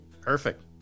Perfect